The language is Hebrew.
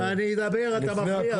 אני אדבר, אתה מפריע.